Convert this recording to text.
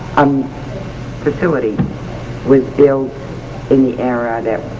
um facility was built in the era that,